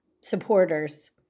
supporters